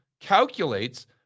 calculates